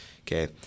Okay